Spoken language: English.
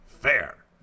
fair